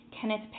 Kenneth